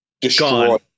destroyed